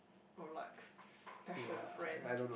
or like special friend